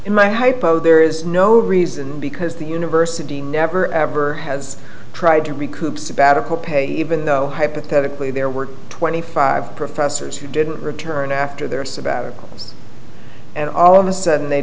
in my hypo there is no reason because the university never ever has tried to recoup sabbatical pay even though hypothetically there were twenty five professors who didn't return after their sabbaticals and all of a sudden they